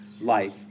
life